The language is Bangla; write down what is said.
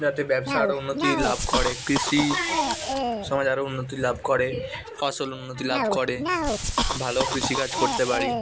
যাতে ব্যবসা আরো উন্নতি লাভ করে কৃষি সমাজ আরো উন্নতি লাভ করে ফসল উন্নতি লাভ করে ভালো কৃষিকাজ করতে পারি